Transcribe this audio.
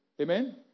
Amen